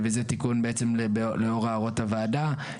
וזה תיקון בעצם לאור הערות הוועדה,